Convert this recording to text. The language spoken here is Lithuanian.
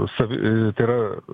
savi tai yra